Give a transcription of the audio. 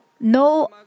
no